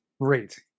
great